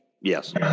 Yes